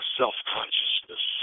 self-consciousness